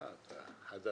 אה, אתה חדש.